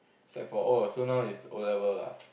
sec four oh so now it's O-level lah